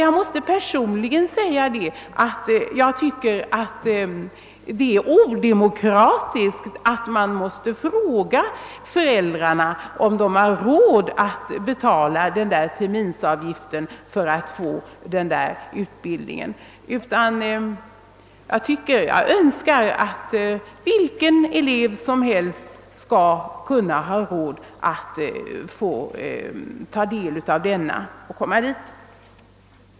Jag måste personligen säga att jag tycker att det är odemokratiskt att man måste fråga föräldrarna om de har råd att betala terminsavgiften för att få denna utbildning för sina barn. Jag önskar att vilka elever som helst hade råd att få den.